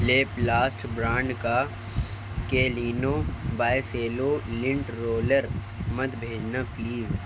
لیپ last brand کا کیلینو بائی سیلو لینٹ رولر مت بھیجنا پلیز